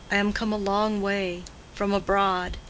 i am come a long way from abroad.